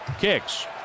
kicks